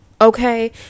Okay